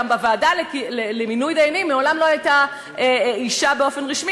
גם בוועדה למינוי דיינים מעולם לא הייתה אישה באופן רשמי.